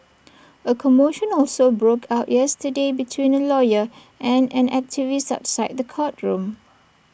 A commotion also broke out yesterday between A lawyer and an activist outside the courtroom